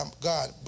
God